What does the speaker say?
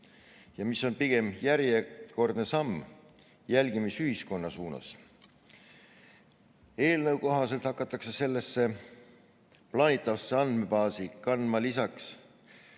ja mis on pigem järjekordne samm jälgimisühiskonna suunas. Eelnõu kohaselt hakatakse sellesse plaanitavasse andmebaasi kandma lisaks